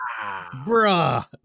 bruh